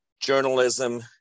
journalism